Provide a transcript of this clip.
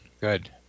Good